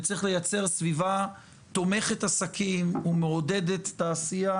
וצריך לייצר סביבה תומכת עסקים ומעודדת תעשייה.